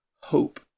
hope